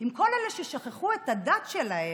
עם כל אלה ששכחו את הדת שלהם,